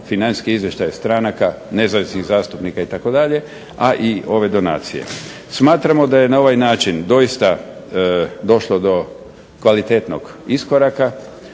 financijski izvještaj od stranaka, nezavisnih zastupnika itd., a i ove donacije. Smatramo da je na ovaj način doista došlo do kvalitetnog iskoraka,